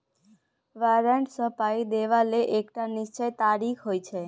बारंट सँ पाइ देबा लेल एकटा निश्चित तारीख होइ छै